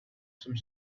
some